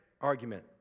argument